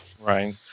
Right